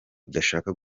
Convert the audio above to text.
udashaka